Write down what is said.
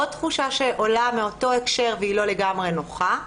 עוד תחושה שעולה מאותו הקשר, והיא לא לגמרי נוחה,